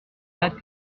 dates